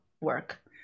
work